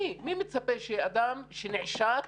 מי מצפה שאדם שנעשק